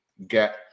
get